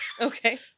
okay